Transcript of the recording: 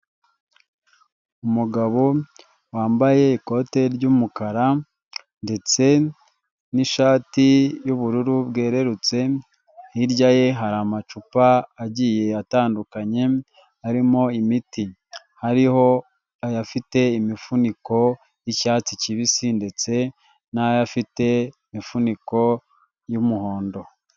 Umugabo wambaye ikote ry'umukara ndetse n'ishati y'ubururu bwerurutse hirya ye hari amacupa agiye atandukanye arimo imiti hariho ayafite imifuniko y'icyatsi kibisi ndetse n'yofite imifuniko y'umuhondo.